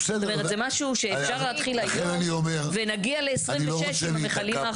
זה משהו שאפשר להתחיל איתו היום ונגיע ל-2026 עם המכלים האחרונים.